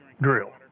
drill